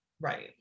Right